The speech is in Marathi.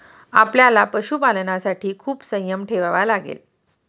आपल्याला पशुपालनासाठी खूप संयम ठेवावा लागेल